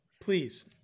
Please